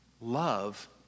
love